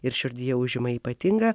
ir širdyje užima ypatingą